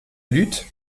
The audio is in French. lutte